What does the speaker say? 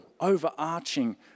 overarching